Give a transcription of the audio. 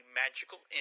magical